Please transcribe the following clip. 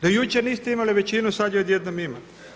Do jučer niste imali većinu, sad je odjednom ima.